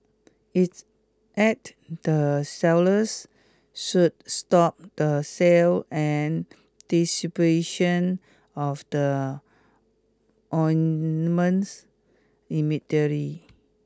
it's added the sellers should stop the sale and distribution of the ointments immediately